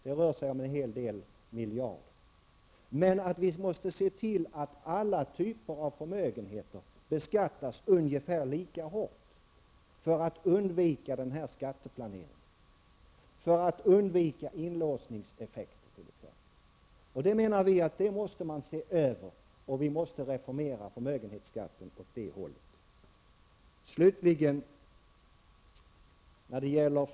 Det rör sig om en hel del miljarder. Men vi måste se till att alla typer av förmögenheter beskattas ungefär lika hårt för att undvika skatteplanering och för att undvika inlåsningseffekten. Det menar vi att man måste se över. Vi måste reformera förmögenhetsbeskattningen åt det hållet.